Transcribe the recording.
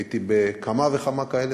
הייתי בכמה וכמה כאלה,